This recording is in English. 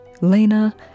Lena